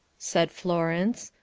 said florence.